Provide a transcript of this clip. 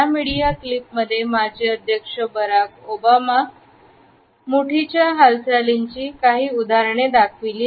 या मीडिया क्लिपमध्ये माजीअध्यक्ष बराक ओबामा च्यामुट्ठीच्या हालचालीची काही उदाहरणे दाखविली